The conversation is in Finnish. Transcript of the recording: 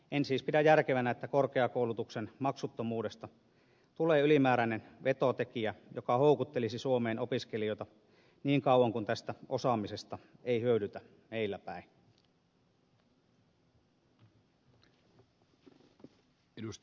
en siis pidä järkevänä että korkeakoulutuksen maksuttomuudesta tulee ylimääräinen vetotekijä joka houkuttelisi suomeen opiskelijoita niin kauan kuin tästä osaamisesta ei hyödytä meillä päin